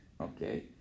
Okay